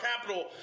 capital